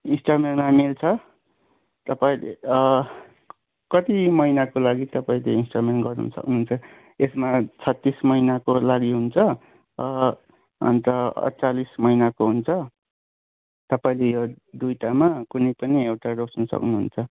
इन्स्टलमेन्टमा मिल्छ तपाईँले कति महिनाको लागि तपाईँले इन्स्टलमेन्ट गर्नु सक्नुहुन्छ त्यसमा छत्तिस महिनाको लागि हुन्छ अन्त अठचालिस महिनाको हुन्छ तपाईँले यो दुइवटामा कुनै पनि एउटा रोज्नु सक्नुहुन्छ